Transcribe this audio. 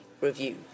review